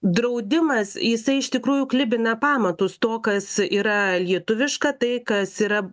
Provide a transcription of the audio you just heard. draudimas jisai iš tikrųjų klibina pamatus to kas yra lietuviška tai kas yra